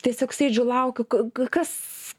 tiesiog sėdžiu laukiu k kas